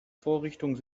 vorrichtung